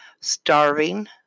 starving